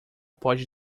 pode